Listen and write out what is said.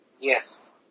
Yes